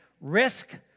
risk